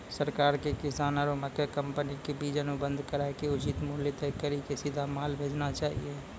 सरकार के किसान आरु मकई कंपनी के बीच अनुबंध कराय के उचित मूल्य तय कड़ी के सीधा माल भेजना चाहिए?